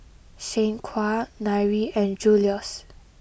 Shanequa Nyree and Julious